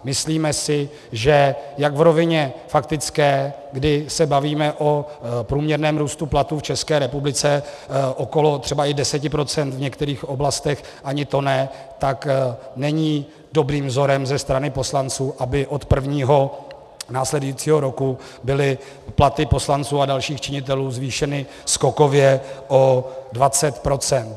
Myslíme si, že jak v rovině faktické, kdy se bavíme o průměrném růstu platů v České republice okolo třeba i 10 %, v některých oblastech ani to ne, není dobrým vzorem ze strany poslanců, aby od prvního následujícího roku byly platy poslanců a dalších činitelů zvýšeny skokově o 20 %.